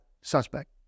suspect